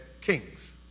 kings